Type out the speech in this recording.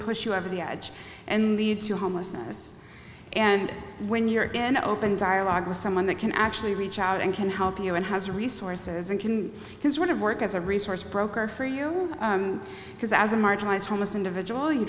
push you over the edge and lead to homelessness and when you're in an open dialogue with someone that can actually reach out and can help you and has resources and can can sort of work as a resource broker for you because as a marginalized homeless individual you